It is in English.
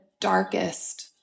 darkest